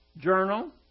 Journal